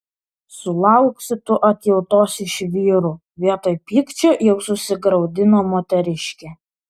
sulauksi tu atjautos iš vyrų vietoj pykčio jau susigraudino moteriškė